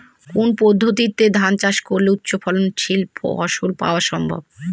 কোন পদ্ধতিতে ধান চাষ করলে উচ্চফলনশীল ফসল পাওয়া সম্ভব?